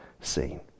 seen